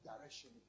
direction